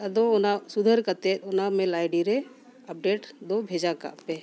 ᱟᱫᱚ ᱚᱱᱟ ᱥᱩᱫᱷᱟᱹᱨ ᱠᱟᱛᱮᱫ ᱚᱱᱟ ᱢᱮᱞ ᱟᱭᱰᱤ ᱨᱮ ᱟᱯᱰᱮᱴ ᱫᱚ ᱵᱷᱮᱡᱟ ᱠᱟᱜ ᱯᱮ